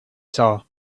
saw